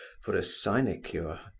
for a sinecure.